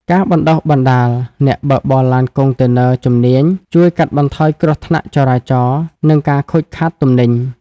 ការបណ្ដុះបណ្ដាល "អ្នកបើកបរឡានកុងតឺន័រជំនាញ" ជួយកាត់បន្ថយគ្រោះថ្នាក់ចរាចរណ៍ និងការខូចខាតទំនិញ។